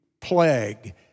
plague